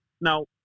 Now